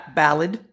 ballad